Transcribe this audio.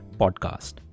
Podcast